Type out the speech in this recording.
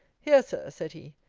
here, sir, said he,